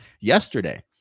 yesterday